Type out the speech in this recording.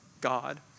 God